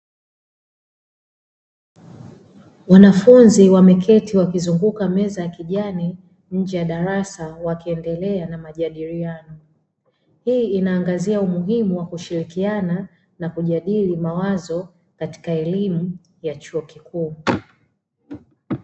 Wanafunzi wameketi wakizunguka meza ya kijani nje ya darasa wakiendelea na majadiliano. Hii inaangazia umuhimu wa kushirikiana na kujadili mawazo katika elimu ya chuo kikuu.